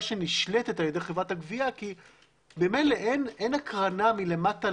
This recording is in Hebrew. שנשלטת על ידי חברת הגבייה כי ממילא אין הקרנה מלמטה